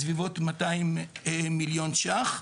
בסביבות 200,000,000 ש"ח.